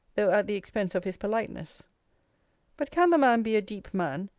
though at the expense of his politeness but can the man be a deep man,